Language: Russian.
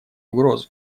угрозы